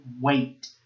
wait